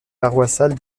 paroissiale